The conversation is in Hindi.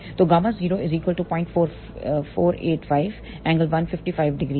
तोΓ0 0485 ∟ 155º है